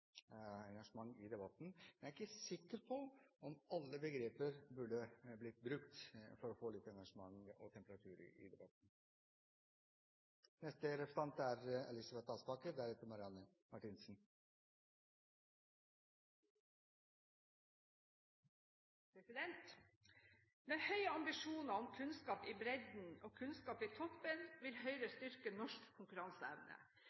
engasjement og litt temperatur i debatten, men presidenten er ikke sikker på om alle begreper som er brukt, burde blitt brukt for å få engasjement og temperatur i debatten. Med høye ambisjoner om kunnskap i bredden og kunnskap i toppen vil Høyre